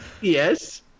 Yes